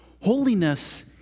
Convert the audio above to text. Holiness